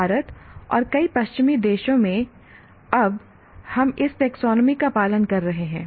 भारत और कई पश्चिमी देशों में अब हम इस टैक्सोनॉमी का पालन कर रहे हैं